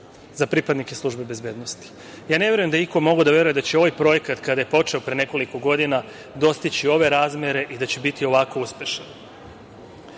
za pripadnike službe bezbednosti. Ne verujem da je iko mogao da veruje da će ovaj projekat, kada je počeo pre nekoliko godina, dostići ove razmere i da će biti ovako uspešan.